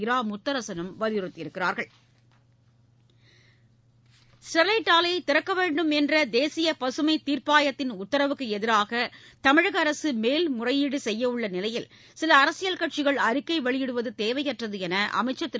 இரா முத்தரசனும் வலியுறுத்தியுள்ளனர் ஸ்டெர்லைட் ஆலையை திறக்க வேண்டும் என்று தேசிய பசுமைத் தீர்ப்பாயத்தின் உத்தரவுக்கு எதிராக தமிழக அரசு மேல்முறையீடு செய்யவுள்ள நிலையில் சில அரசியல் கட்சிகள் அறிக்கை வெளியிடுவது தேவையற்றது என்று அமைச்சர் திரு